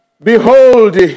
Behold